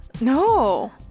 No